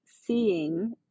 seeing